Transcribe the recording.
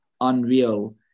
unreal